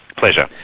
pleasure.